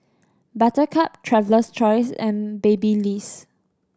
Buttercup Traveler's Choice and Babyliss